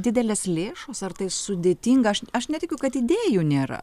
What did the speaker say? didelės lėšos ar tai sudėtinga aš aš netikiu kad idėjų nėra